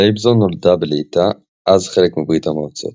לייבזון נולדה בליטא, אז חלק מברית המועצות.